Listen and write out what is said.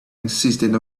insisted